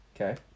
Okay